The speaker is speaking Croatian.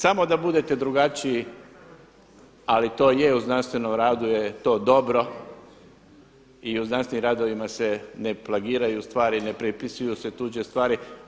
Samo da budete drugačiji, ali to je u znanstvenom radu je to dobro i u znanstvenim radovima se ne plagiraju stvari, ne prepisuju se tuđe stvari.